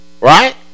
Right